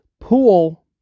pool